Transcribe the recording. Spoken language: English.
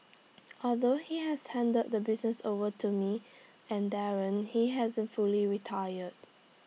although he has handed the business over to me and Darren he hasn't fully retired